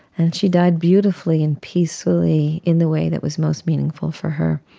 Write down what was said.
and she died beautifully and peacefully in the way that was most meaningful for her.